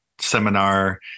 seminar